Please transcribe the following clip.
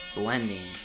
Blending